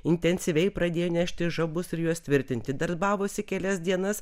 intensyviai pradėjo nešti žabus ir juos tvirtinti darbavosi kelias dienas